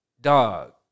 Dog